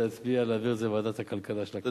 להצביע ולהעביר את זה לוועדת הכלכלה של הכנסת.